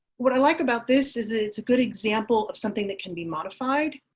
what i like about this is a good example of something that can be modified.